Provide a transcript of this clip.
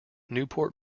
newport